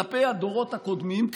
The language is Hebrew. כלפי הדורות הקודמים,